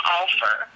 offer